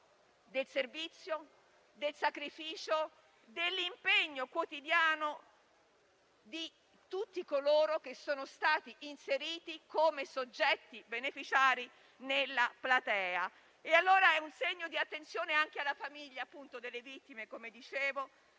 del servizio, del sacrificio, dell'impegno quotidiano di tutti coloro che sono stati inseriti come soggetti beneficiari nella platea. È un segno di attenzione anche alle famiglie delle vittime, di